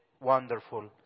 wonderful